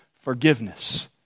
forgiveness